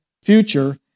Future